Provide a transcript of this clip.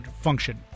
function